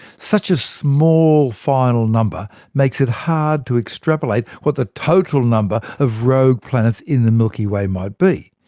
such a small final number makes it hard to extrapolate what the total number of rogue planets in the milky way might be.